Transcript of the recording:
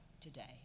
today